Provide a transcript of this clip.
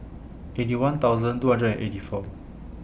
Eighty One thousand two hundred and eighty four